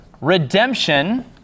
redemption